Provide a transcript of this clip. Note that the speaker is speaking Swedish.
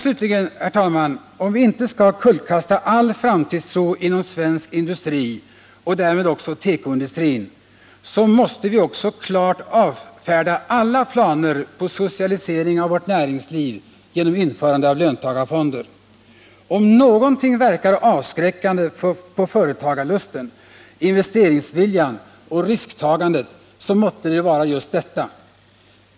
Slutligen, herr talman, om vi inte skall kullkasta all framtidstro inom svensk industri och därmed också tekoindustrin, så måste vi också klart avfärda alla planer på socialisering av vårt näringsliv genom införandet av löntagarfonder. Om någonting verkar avskräckande på företagarlusten, investeringsviljan och risktagandet måtte det vara just detta.